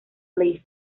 live